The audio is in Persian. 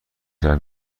شهر